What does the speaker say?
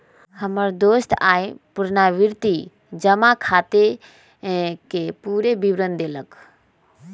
हमर दोस आइ पुरनावृति जमा खताके पूरे विवरण देलक